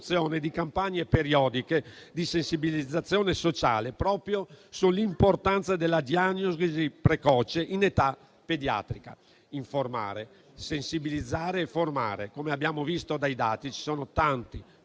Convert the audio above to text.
di campagne periodiche di sensibilizzazione sociale proprio sull'importanza della diagnosi precoce in età pediatrica: informare, sensibilizzare e formare. Come abbiamo infatti visto dai dati, sono tanti, troppi,